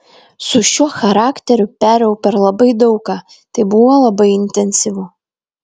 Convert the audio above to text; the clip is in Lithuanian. su šiuo charakteriu perėjau per labai daug ką tai buvo labai intensyvu